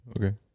Okay